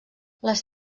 les